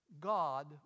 God